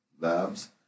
labs